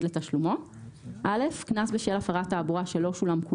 לתשלומו קנס בשל הפרת תעבורה שלא שולם,